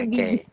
Okay